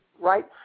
right